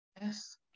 yes